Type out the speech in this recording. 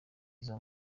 izo